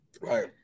Right